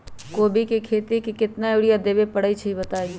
कोबी के खेती मे केतना यूरिया देबे परईछी बताई?